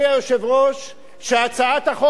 שהצעת החוק הזאת לא מקודמת,